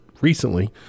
recently